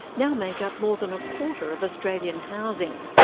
now make up more than a quarter of australian housing.